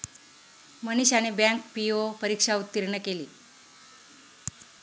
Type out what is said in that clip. मनीषाने bank PO परीक्षा उत्तीर्ण केली